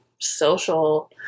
Social